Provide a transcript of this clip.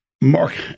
Mark